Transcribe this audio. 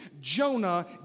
Jonah